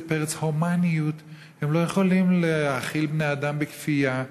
פרץ הומניות: הם לא יכולים להאכיל בני-אדם בכפייה.